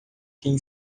quem